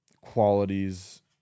qualities